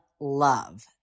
love